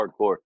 hardcore